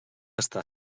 està